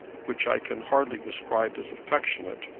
which i can hardly describe as affectionate,